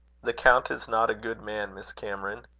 the count is not a good man, miss cameron?